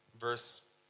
Verse